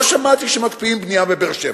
לא שמעתי שמקפיאים בנייה בבאר-שבע.